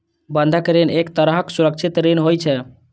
बंधक ऋण एक तरहक सुरक्षित ऋण होइ छै